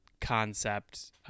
concept